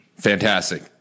Fantastic